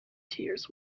tears